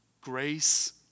grace